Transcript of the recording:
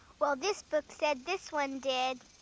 well this book said this one did.